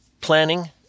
planning